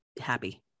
happy